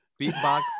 Beatbox